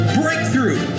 breakthrough